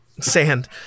Sand